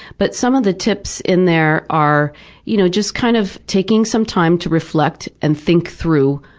but some of the tips in there are you know just, kind of, taking some time to reflect and think through,